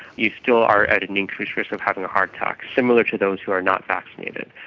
you still are at an increased risk of having a heart attack, similar to those who are not vaccinated.